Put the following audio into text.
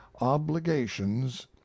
obligations